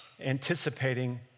anticipating